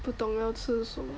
不懂要吃什么